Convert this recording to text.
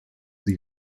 sie